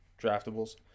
draftables